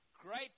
Great